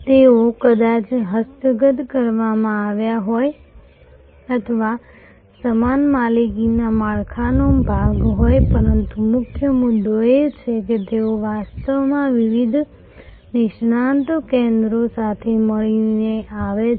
તેઓ કદાચ હસ્તગત કરવામાં આવ્યા હોય અથવા સમાન માલિકીના માળખાનો ભાગ હોય પરંતુ મુખ્ય મુદ્દો એ છે કે તેઓ વાસ્તવમાં વિવિધ નિષ્ણાત કેન્દ્રો સાથે મળીને આવે છે